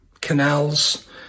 canals